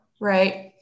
right